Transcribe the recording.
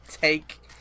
take